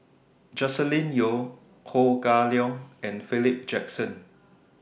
Joscelin Yeo Ho Kah Leong and Philip Jackson